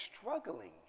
struggling